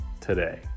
today